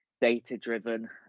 data-driven